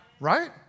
Right